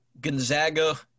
Gonzaga